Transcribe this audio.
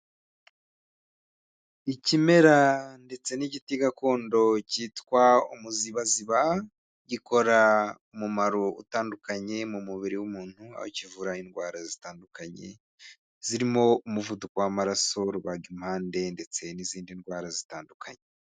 Ikimera ndetse n'igiti gakondo cyitwa umuzibaziba, gikora umumaro utandukanye mu mubiri w'umuntu, aho kivura indwara zitandukanye zirimo umuvuduko w'amaraso, rubagimpande ndetse n'izindi ndwara zitandukanye.